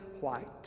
white